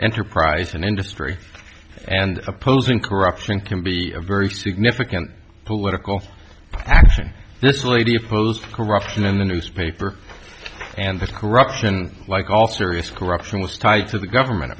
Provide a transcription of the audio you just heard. enterprise and industry and opposing corruption can be a very significant political action this lady opposed corruption in the newspaper and this corruption like all serious corruption was tied to the government